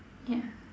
ya